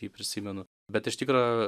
jį prisimenu bet iš tikro